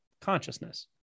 consciousness